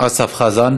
הסף של האזרחים,